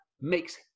Makes